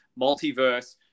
Multiverse